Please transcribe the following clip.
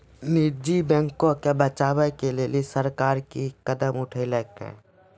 निजी बैंको के बचाबै के लेली सरकार कि कदम उठैलकै?